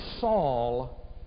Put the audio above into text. Saul